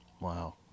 Wow